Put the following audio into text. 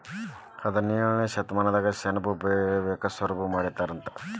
ಹದಿನೇಳನೇ ಶತಮಾನದಾಗ ಸೆಣಬ ಬೆಳಿಯಾಕ ಸುರು ಮಾಡಿದರಂತ